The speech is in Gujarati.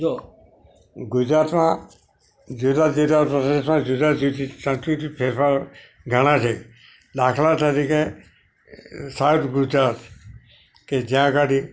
જો ગુજરાતમાં જુદા જુદા પ્રદેશમાં જુદા જુદી સાંસ્કૃતિક ફેરફારો ઘણા છે દાખલા તરીકે એ સાઉથ ગુજરાત કે જ્યાં આગળ ઈ